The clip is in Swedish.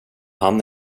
han